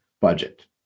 budget